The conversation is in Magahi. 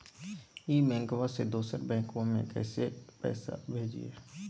ई बैंकबा से दोसर बैंकबा में पैसा कैसे भेजिए?